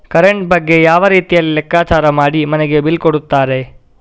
Current ಬಗ್ಗೆ ಯಾವ ರೀತಿಯಲ್ಲಿ ಲೆಕ್ಕಚಾರ ಮಾಡಿ ಮನೆಗೆ ಬಿಲ್ ಕೊಡುತ್ತಾರೆ?